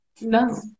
no